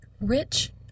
rich